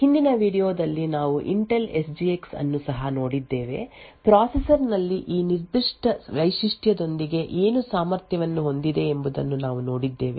ಹಿಂದಿನ ವೀಡಿಯೊ ದಲ್ಲಿ ನಾವು ಇಂಟೆಲ್ ಎಸ್ಜಿಎಕ್ಸ್ ಅನ್ನು ಸಹ ನೋಡಿದ್ದೇವೆ ಪ್ರೊಸೆಸರ್ ನಲ್ಲಿ ಈ ನಿರ್ದಿಷ್ಟ ವೈಶಿಷ್ಟ್ಯದೊಂದಿಗೆ ಏನು ಸಾಮರ್ಥ್ಯವನ್ನು ಹೊಂದಿದೆ ಎಂಬುದನ್ನು ನಾವು ನೋಡಿದ್ದೇವೆ